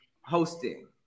hosting